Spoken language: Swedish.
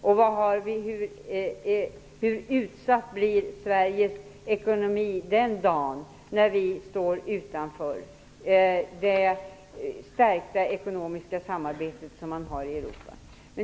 Och hur utsatt blir Sveriges ekonomi den dagen då vi står utanför det stärkta ekonomiska samarbete som finns i Europa?